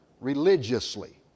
religiously